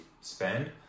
spend